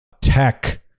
tech